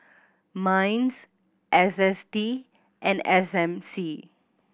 MINDS S S T and S M C